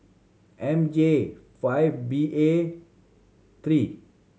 M J five B A three